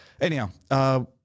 Anyhow